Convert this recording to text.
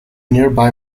nearby